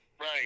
right